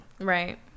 Right